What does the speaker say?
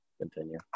continue